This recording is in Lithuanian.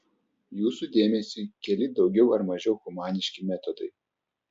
jūsų dėmesiui keli daugiau ar mažiau humaniški metodai